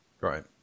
Right